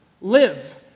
Live